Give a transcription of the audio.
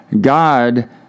God